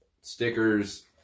stickers